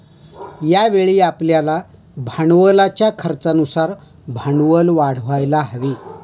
यावेळी आपल्याला भांडवलाच्या खर्चानुसार भांडवल वाढवायला हवे